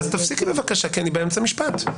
תפסיקי בבקשה כי אני באמצע משפט.